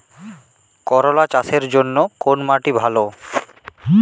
করলা চাষের জন্য কোন মাটি ভালো?